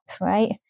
right